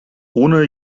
ohne